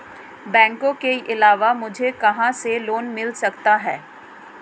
बैंकों के अलावा मुझे कहां से लोंन मिल सकता है?